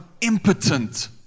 impotent